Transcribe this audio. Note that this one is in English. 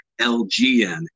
LGN